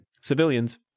civilians